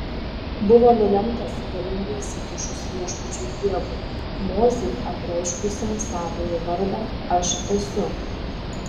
buvo nulemtas galingai įsikišus viešpačiui dievui mozei apreiškusiam savąjį vardą aš esu